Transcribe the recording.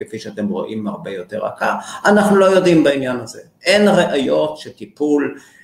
כפי שאתם רואים, הרבה יותר עקה, אנחנו לא יודעים בעניין הזה. אין ראיות שטיפול...